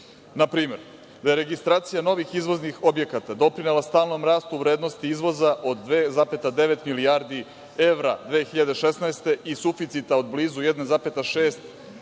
Na primer, da je registracija novih izvoznih objekata doprinela stalnom rastu vrednosti izvoza od 2,9 milijardi evra 2016. godine i suficita od blizu 1,6, uvećanih